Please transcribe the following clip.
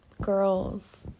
Girls